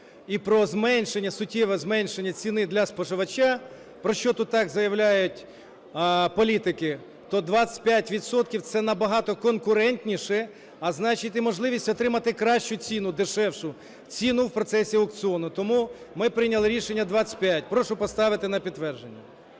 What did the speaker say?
суттєве зменшення ціни для споживача, про що тут так заявляють політики, то 25 відсотків – це набагато конкурентніше, а значить і можливість отримати кращу ціну, дешевшу ціну в процесі аукціону, тому ми прийняли рішення 25. Прошу поставити на підтвердження.